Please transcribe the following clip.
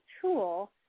tool